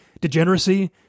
degeneracy